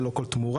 ללא כל תמורה,